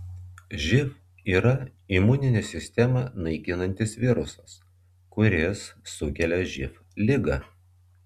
živ yra imuninę sistemą naikinantis virusas kuris sukelia živ ligą